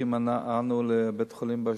זקוקים אנו לבית-חולים באשדוד.